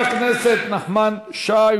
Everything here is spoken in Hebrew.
חבר הכנסת נחמן שי,